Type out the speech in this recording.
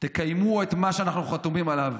תקיימו את מה שאנחנו חתומים עליו.